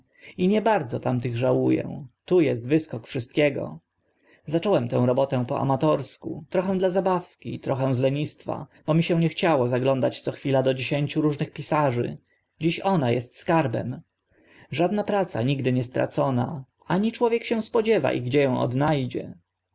i nie bardzo tamtych żału ę tu est wyskok wszystkiego zacząłem tę robotę po amatorsku trochę dla zabawki trochę z lenistwa bo mi się nie chciało zaglądać co chwila do dziesięciu różnych pisarzy dziś ona est skarbem żadna praca nigdy nie stracona ani człowiek się spodziewa kiedy i gdzie ą odna